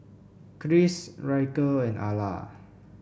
Kris Ryker and Ala